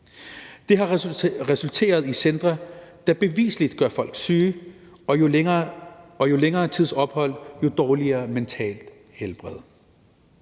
Det har resulteret i centre, der bevisligt gør folk syge, og jo længere tids ophold man har, jo dårligere mentalt helbred